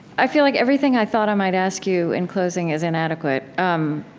i feel like everything i thought i might ask you in closing is inadequate. um